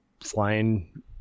flying